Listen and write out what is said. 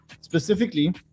Specifically